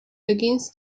begins